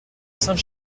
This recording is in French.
saint